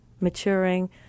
maturing